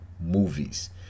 movies